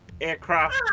aircraft